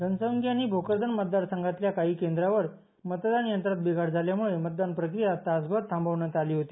घनसावंगी भोकरदन मतदार संघातल्या काही केंद्रावर मतदान यंत्रात बिघाड झाल्यामुळे मतदान प्रक्रिया तास भर थांबविण्यात आली होती